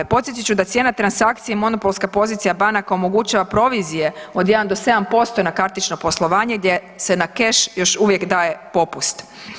Podsjetit ću cijena transakcije i monopolska pozicija banaka omogućava provizije od 1 do 7% posto na kartično poslovanje gdje se na keš još uvijek daje popust.